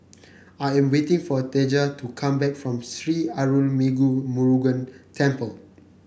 I am waiting for Deja to come back from Sri Arulmigu Murugan Temple